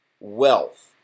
wealth